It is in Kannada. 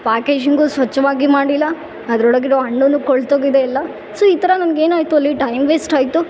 ಪ್ಯಾಕೇಜಿಂಗು ಸ್ವಚ್ಛ್ವಾಗಿ ಮಾಡಿಲ್ಲ ಅದ್ರ ಒಳ್ಗಿರೋ ಹಣ್ಣುನು ಕೊಳ್ತೋಗಿದೆ ಎಲ್ಲಾ ಸೊ ಈ ಥರ ನನ್ಗೆ ಏನಾಯಿತು ಅಲ್ಲಿ ಟೈಮ್ ವೇಸ್ಟ್ ಆಯಿತು